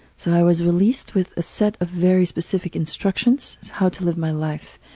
so i was released with a set of very specific instructions how to live my life.